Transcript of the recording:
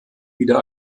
wieder